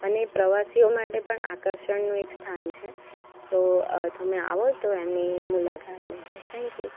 અને એ પ્રવાસીઓ માટે પણ આકર્ષણનું એક સ્થાન છે સો તમે આવો તો એમની મુલાકાત લેજો થેન્ક યુ